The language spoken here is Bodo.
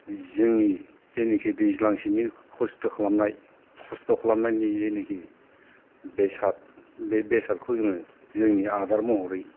जोंनि जेनोखि दैज्लांसेनि खस्थ' खालामनाय खस्थ' खालामनायनि जेनोखि बेसाद बे बेसादखौ जोङो जोंनि आदार महरै